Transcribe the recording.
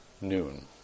noon